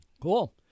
Cool